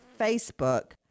Facebook